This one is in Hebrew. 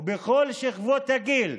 ובכל שכבות הגיל,